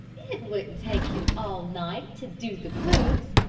it wouldn't take him all night to do the boots.